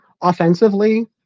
Offensively